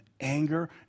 anger